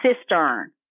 cistern